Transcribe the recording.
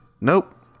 nope